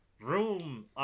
Room